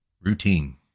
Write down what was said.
routine